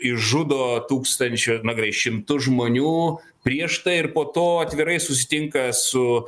išžudo tūkstančiu na gerai šimtus žmonių prieš tai ir po to atvirai susitinka su